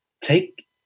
take